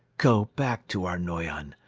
go back to our noyon,